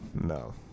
No